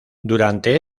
durante